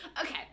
Okay